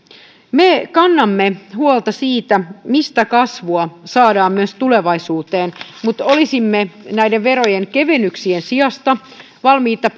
me kannamme huolta siitä mistä kasvua saadaan myös tulevaisuuteen mutta olisimme näiden verojen kevennyksien sijasta valmiita